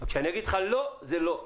כשאני אגיד לך לא, זה לא.